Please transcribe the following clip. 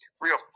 real